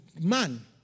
man